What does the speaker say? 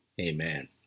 amen